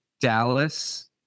Dallas